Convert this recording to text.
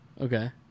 Okay